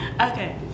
Okay